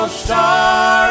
star